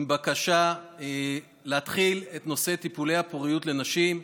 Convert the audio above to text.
עם בקשה להתחיל את נושא טיפולי הפוריות לנשים.